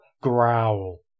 growl